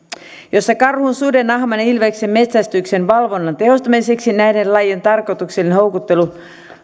jossa karhun suden ahman ja ilveksen metsästyksen valvonnan tehostamiseksi näiden lajien tarkoituksellinen houkuttelu